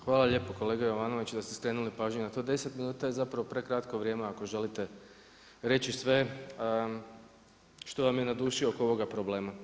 Hvala lijepo kolega Jovanović da ste skrenuli pažnju na to, 10 minuta je zapravo prekratko vrijeme ako želite reći sve što vam je na duši oko ovoga problema.